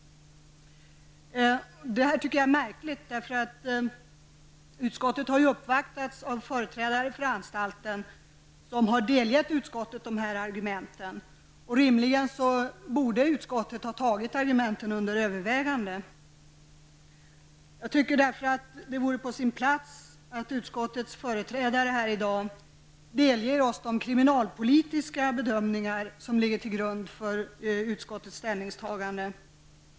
Jag tycker att det är märkligt. Utskottet har uppvaktats av företrädare för anstalten som har delgivit utskottet dessa argument. Rimligen borde utskottet ha tagit dessa argument under övervägande. Det vore därför på sin plats att utskottets företrädare i dag delger oss de kriminalpolitiska bedömningar som ligger till grund för utskottets ställningstagande.